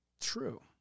True